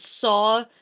saw